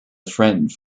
friends